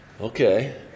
Okay